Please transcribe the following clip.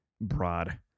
broad